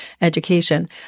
education